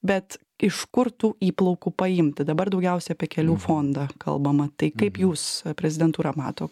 bet iš kur tų įplaukų paimti dabar daugiausia apie kelių fondą kalbama tai kaip jūs prezidentūra mato